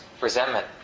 resentment